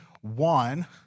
one